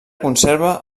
conserva